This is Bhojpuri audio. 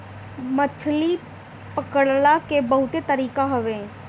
मछरी पकड़ला के बहुते तरीका हवे